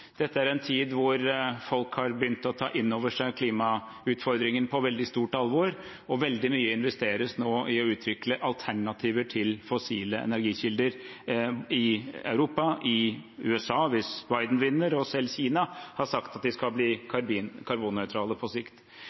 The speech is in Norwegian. Dette er en tid hvor folk har begynt å ta inn over seg klimautfordringene med veldig stort alvor, og veldig mye investeres nå i å utvikle alternativer til fossile energikilder – i Europa og i USA, hvis Biden vinner, og selv Kina har sagt at de skal bli karbonnøytrale på sikt.